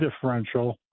differential